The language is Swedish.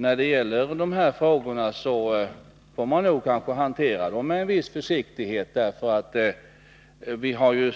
När det gäller de här frågorna vill jag gärna säga att man kanske får hantera dem med en viss försiktighet.